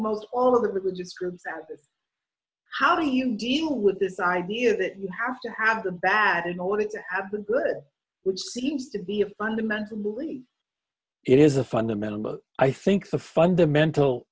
almost all of that religious groups how do you deal with this idea that you have to have the bad in order to have been good which seems to be a fundamental belief it is a fundamental i think the fundamental